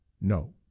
no